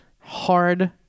hard